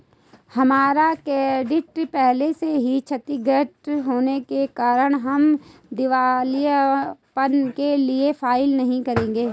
हमारा क्रेडिट पहले से ही क्षतिगृत होने के कारण हम दिवालियेपन के लिए फाइल नहीं करेंगे